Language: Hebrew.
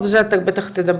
טוב זה אתה בטח תדבר,